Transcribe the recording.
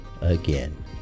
again